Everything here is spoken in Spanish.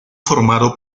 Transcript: formado